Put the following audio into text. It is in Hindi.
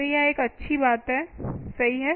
तो यह एक अच्छी बात है सही है